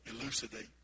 elucidate